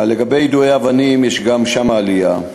לגבי יידויי האבנים, יש גם שם עלייה.